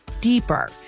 deeper